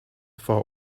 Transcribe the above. fort